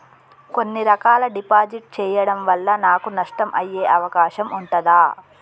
కొన్ని రకాల డిపాజిట్ చెయ్యడం వల్ల నాకు నష్టం అయ్యే అవకాశం ఉంటదా?